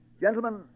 Gentlemen